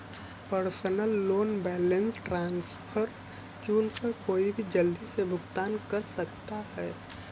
personal loan balance transfer चुनकर कोई भी जल्दी से भुगतान कर सकता है